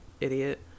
Idiot